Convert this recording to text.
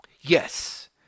Yes